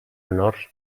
menors